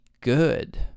good